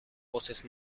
voces